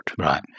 Right